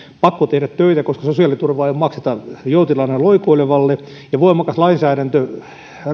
pakko tehdä töitä koska sosiaaliturvaa ei makseta joutilaana loikoilevalle ja voimakas lainsäädäntö